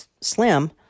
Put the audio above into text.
slim